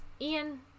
Ian